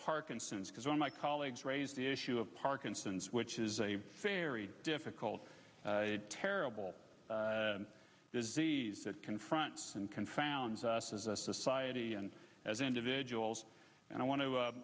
parkinson's because one of my colleagues raised the issue of parkinson's which is a very difficult terrible disease that confronts and confounds us as a society and as individuals and i want to